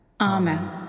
Amen